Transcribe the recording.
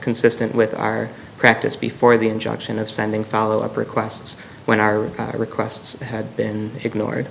consistent with our practice before the injunction of sending follow up requests when our requests had been ignored